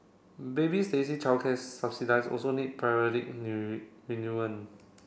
baby Stacey childcare subsidies also need periodic